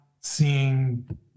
seeing